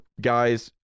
guys